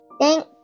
Thank